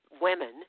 women